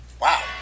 Wow